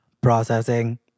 processing